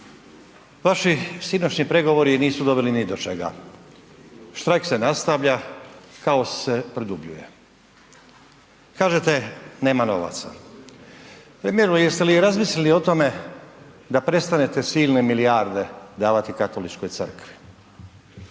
Vaši sinoćnji pregovori nisu doveli ni do čega. Štrajk se nastavlja, kaos se produbljuje. Kažete, nema novaca. Premijeru, jeste li razmisliti o tome da prestanete silne milijarde davati Katoličkoj Crkvi?